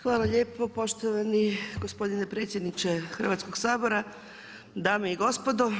Hvala lijepo poštovani gospodine predsjedniče Hrvatskog sabora, dame i gospodo.